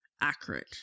accurate